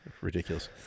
ridiculous